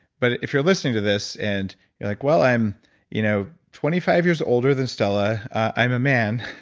but if you're listening to this and you're like, well i'm you know twenty five years older than stella. i'm a man